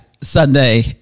Sunday